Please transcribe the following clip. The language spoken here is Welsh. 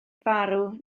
farw